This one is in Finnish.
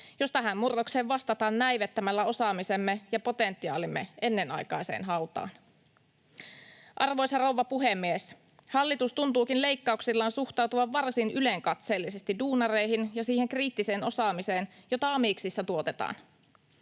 jos tähän murrokseen vastataan näivettämällä osaamisemme ja potentiaalimme ennenaikaiseen hautaan? Arvoisa rouva puhemies! Hallitus tuntuukin leikkauksillaan suhtautuvan varsin ylenkatseellisesti duunareihin ja siihen kriittiseen osaamiseen, jota amiksissa tuotetaan.